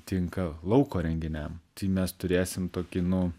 tinka lauko renginiam tai mes turėsim tokį nu